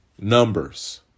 numbers